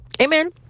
Amen